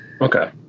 Okay